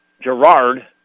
Gerard